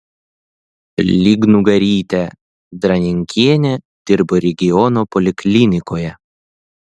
lygnugarytė dranenkienė dirbo regiono poliklinikoje